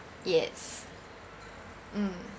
yes mm